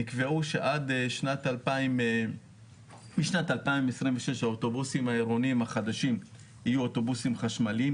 נקבעו שמשנת 2026 האוטובוסים העירוניים החדשים יהיו אוטובוסים חשמליים,